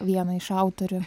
vieną iš autorių